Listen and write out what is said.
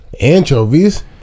anchovies